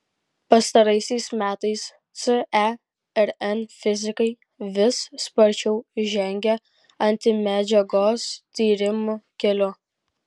pastaraisiais metais cern fizikai vis sparčiau žengia antimedžiagos tyrimų keliu